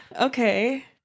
Okay